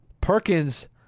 Perkins